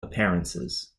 appearances